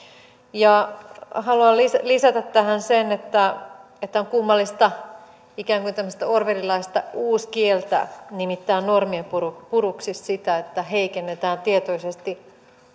haluan lisätä tähän sen että että on kummallista ikään kuin tällaista orwellilaista uuskieltä nimittää normien puruksi sitä että heikennetään tietoisesti